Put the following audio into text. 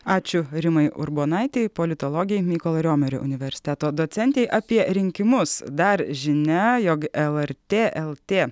ačiū rimai urbonaitei politologei mykolo riomerio universiteto docentei apie rinkimus dar žinia jog lrt lt